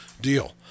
deal